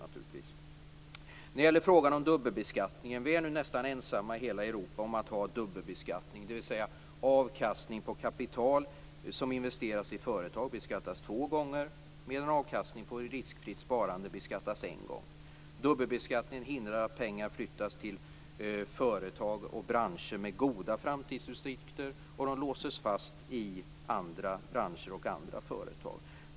När det gäller frågan om dubbelbeskattningen är vi nu nästan ensamma i hela Europa om att ha dubbelbeskattning, dvs. att avkastning av kapital som investeras i företag beskattas två gånger, medan avkastning på riskfritt sparande beskattas en gång. Dubbelbeskattningen hindrar att pengar flyttas till företag och branscher med goda framtidsutsikter, och de låses fast i andra branscher och andra företag.